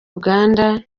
uganda